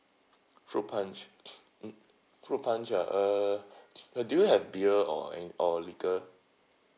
fruit punch mm fruit punch ah uh uh do you have beer or and or liquor